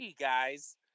guys